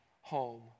home